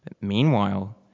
meanwhile